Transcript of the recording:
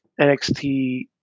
NXT